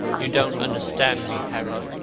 you don't understand me, harry,